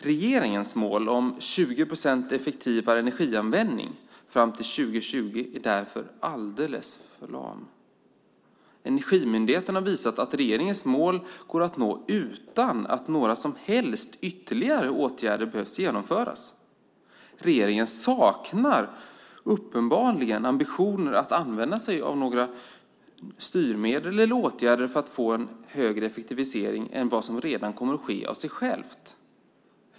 Regeringens mål om 20 procent effektivare energianvändning fram till 2020 är därför alldeles för lamt. Energimyndigheten har visat att regeringens mål går att nå utan att några som helst ytterligare åtgärder behöver vidtas. Regeringen saknar uppenbarligen ambitioner att använda sig av några styrmedel eller åtgärder för att få en högre effektivisering än vad som redan kommer att ske av sig självt.